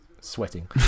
sweating